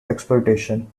exploitation